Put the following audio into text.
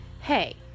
hey